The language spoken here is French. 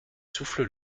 souffle